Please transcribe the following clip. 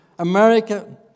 America